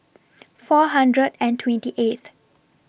four hundred and twenty eighth